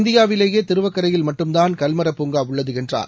இந்தியாவிலேயே திருவக்கரையில் மட்டும் தான் கல்மரப் பூங்கா உள்ளது என்றார்